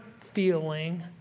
feeling